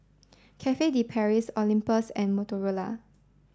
Cafe De Paris Olympus and Motorola